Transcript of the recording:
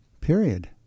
period